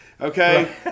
Okay